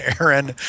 Aaron